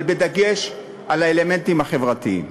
אבל בדגש על האלמנטים החברתיים.